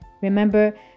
Remember